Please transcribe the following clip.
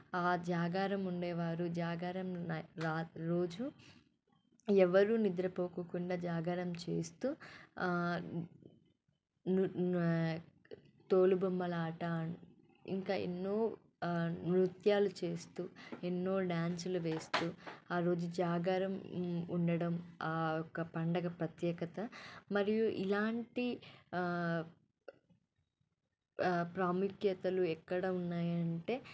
జాగారం ఉండేవారు జాగారం రా రోజు ఎవరూ నిద్రపోకోకుండా జాగారం చేస్తూ తోలుబొమ్మలాట ఇంకా ఎన్నో నృత్యాలు చేస్తూ ఎన్నో డాన్స్లు వేస్తూ ఆ రోజు జాగారం ఉండడం ఆ యొక్క పండగ ప్రత్యేకత మరియు ఇలాంటి ప్రాముఖ్యతలు ఎక్కడ ఉన్నాయంటే